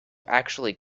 actually